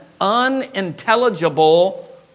unintelligible